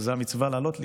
וזאת המצווה לעלות לישראל.